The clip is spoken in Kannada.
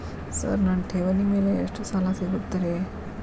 ಸರ್ ನನ್ನ ಠೇವಣಿ ಮೇಲೆ ಎಷ್ಟು ಸಾಲ ಸಿಗುತ್ತೆ ರೇ?